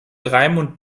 raimund